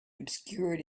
obscured